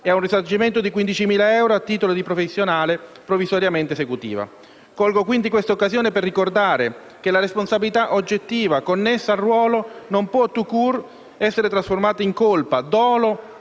e a un risarcimento di 15.000 euro a titolo di provvisionale provvisoriamente esecutiva. Colgo quindi questa occasione per ricordare che la responsabilità oggettiva connessa al ruolo non può *tout court* essere trasformata in colpa, dolo